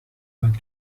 یاد